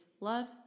love